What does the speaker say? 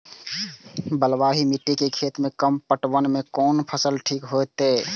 बलवाही मिट्टी के खेत में कम पटवन में कोन फसल ठीक होते?